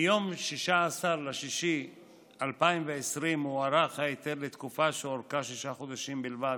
ביום 16 ביוני 2020 הוארך ההיתר לתקופה שאורכה שישה חודשים בלבד,